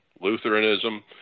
Lutheranism